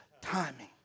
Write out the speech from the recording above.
timing